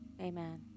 Amen